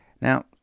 Now